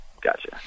Gotcha